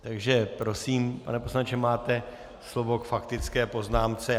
Takže prosím, pane poslanče, máte slovo k faktické poznámce.